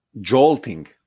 jolting